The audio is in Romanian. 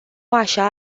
așa